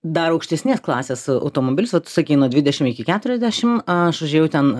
dar aukštesnės klasės automobilis vat sakei nuo dvidešim iki keturiasdešim aš užėjau ten